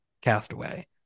Castaway